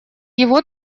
его